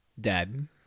dead